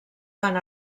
van